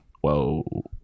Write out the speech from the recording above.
Whoa